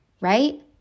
right